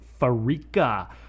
Farika